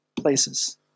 Places